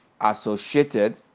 associated